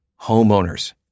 homeowners